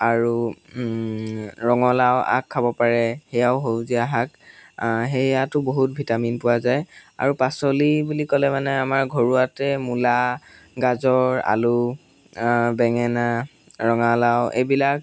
আৰু ৰঙালাও আগ খাব পাৰে সেয়াও সেউজীয়া শাক সেইয়াটো বহুত ভিটামিন পোৱা যায় আৰু পাচলি বুলি ক'লে মানে আমাৰ ঘৰুৱাতে মূলা গাজৰ আলু বেঙেনা ৰঙালাও এইবিলাক